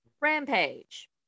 Rampage